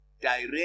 direct